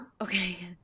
okay